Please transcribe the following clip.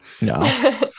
no